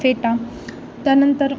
फेटा त्यानंतर